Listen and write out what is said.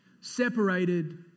separated